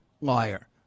liar